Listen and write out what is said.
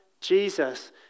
Jesus